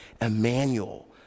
Emmanuel